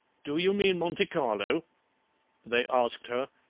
do you mean monte carlo they asked her,